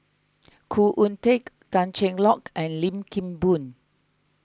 Khoo Oon Teik Tan Cheng Lock and Lim Kim Boon